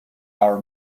our